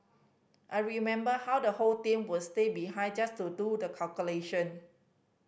I remember how the whole team would stay behind just to do the calculation